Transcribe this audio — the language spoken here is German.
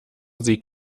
sie